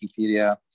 Wikipedia